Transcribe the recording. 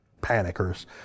panickers